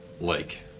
lake